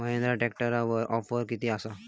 महिंद्रा ट्रॅकटरवर ऑफर किती आसा?